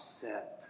set